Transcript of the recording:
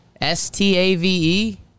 S-T-A-V-E